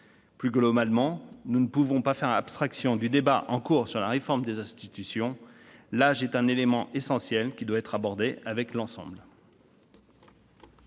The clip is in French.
Plus globalement, nous ne pouvons pas faire abstraction du débat en cours sur la réforme des institutions. L'âge est un élément essentiel, qui doit être abordé avec l'ensemble